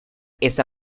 esa